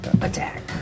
attack